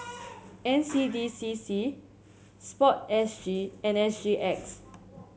N C D C C sport S G and S G X